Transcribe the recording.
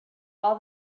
all